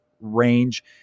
range